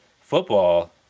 football